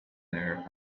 there